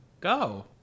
Go